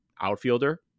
outfielder